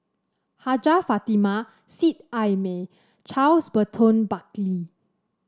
Hajjah Fatimah Seet Ai Mee Charles Burton Buckley